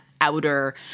outer